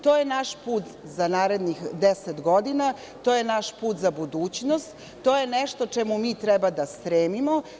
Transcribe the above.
To je naš put za narednih 10 godina, to je naš put za budućnost, to je nešto čemu mi treba da stremimo.